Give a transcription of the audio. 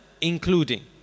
including